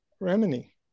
remini